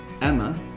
Emma